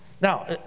Now